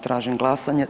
Tražim glasanje.